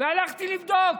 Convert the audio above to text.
הלכתי לבדוק.